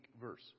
verse